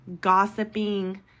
gossiping